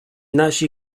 nasi